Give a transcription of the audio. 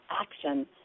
Action